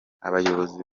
abayobozi